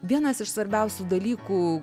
vienas iš svarbiausių dalykų